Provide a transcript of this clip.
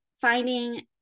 finding